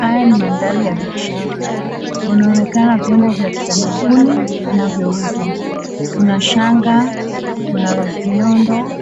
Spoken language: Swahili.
Haya ni madhari ya biashara. Kunaonekana vyombo vya kitamaduni vinayouzwa. Kuna shanga, kuna viondo